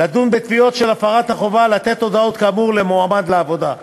לדון בתביעות של הפרת החובה לתת הודעות כאמור למועמד לעבודה,